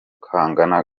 kangana